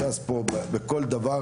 ש״ס נמצאת בכל תחום,